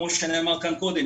כמו שנאמר כאן קודם,